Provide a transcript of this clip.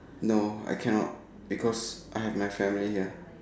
no I cannot because I have my family here